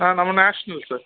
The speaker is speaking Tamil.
ஆ நம்ம நேஷ்னல் சார்